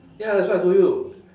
ya that's why I told you